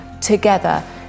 together